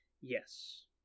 Yes